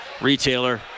retailer